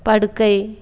படுக்கை